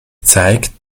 zeigt